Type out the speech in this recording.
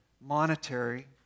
monetary